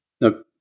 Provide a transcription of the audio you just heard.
Nope